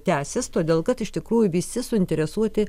tęsis todėl kad iš tikrųjų visi suinteresuoti